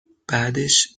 بعدش